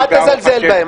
לא, אל תזלזל בהם.